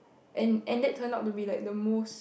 and and that turned out to be like the most